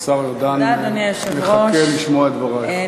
השר ארדן מחכה לשמוע את דברייך.